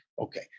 okay